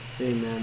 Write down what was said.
Amen